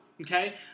okay